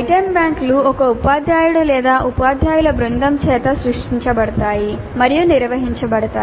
item బ్యాంకులు ఒక ఉపాధ్యాయుడు లేదా ఉపాధ్యాయుల బృందం చేత సృష్టించబడతాయి మరియు నిర్వహించబడతాయి